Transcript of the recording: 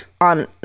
on